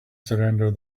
surrender